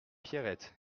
pierrette